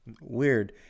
weird